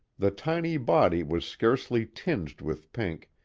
the tiny body was scarcely tinged with pink,